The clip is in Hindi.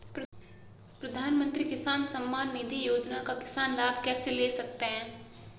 प्रधानमंत्री किसान सम्मान निधि योजना का किसान लाभ कैसे ले सकते हैं?